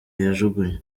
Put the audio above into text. yajugunywe